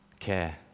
care